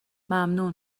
ممنون